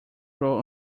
grow